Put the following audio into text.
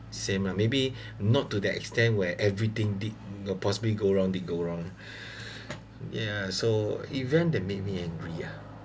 same lah maybe not to that extent where everything did possibly go wrong did go wrong ya so event that made me angry ah